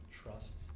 trust